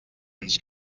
anys